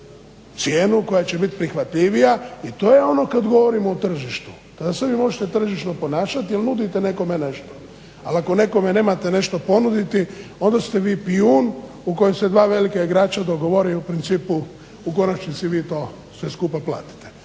cijenu koja će bit prihvatljivija i to je ono kad govorimo o tržištu, tada se vi možete tržišno ponašat jer nudite nekome nešto. Ali ako nekom nemate nešto ponuditi onda ste vi pijun u kojem se dva velika igrača dogovore i u principu u konačnici vi to sve skupa platiti.